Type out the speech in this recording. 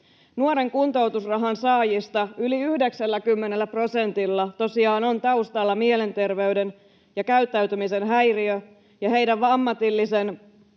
Nuoren kuntoutusrahan saajista yli 90 prosentilla tosiaan on taustalla mielenterveyden ja käyttäytymisen häiriö, ja heidän ammatillisen